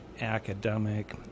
academic